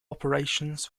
operations